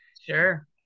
Sure